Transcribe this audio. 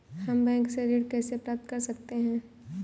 हम बैंक से ऋण कैसे प्राप्त कर सकते हैं?